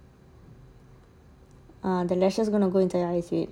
ah the lashes going to go inside your eyes